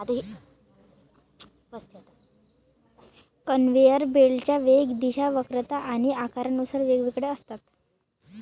conveyor बेल्टच्या वेग, दिशा, वक्रता आणि आकारानुसार वेगवेगळ्या असतात